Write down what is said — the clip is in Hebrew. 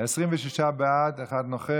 לעידן רול שיצביע בעד החוק.